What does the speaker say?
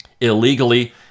illegally